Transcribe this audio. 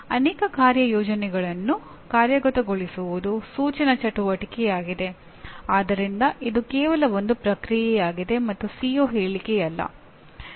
ಜನರು "William Glasser model" ಮಾದರಿಯ ಕುರಿತು ಮಾತನಾಡುತ್ತಾ ಇದ್ದೇವೆ ಮತ್ತು ಇದು ಅದರ ಬಹಳ ಹತ್ತಿರದಲ್ಲಿದೆ